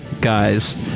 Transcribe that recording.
guys